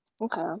okay